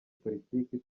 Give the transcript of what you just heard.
politiki